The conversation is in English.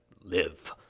live